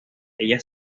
ella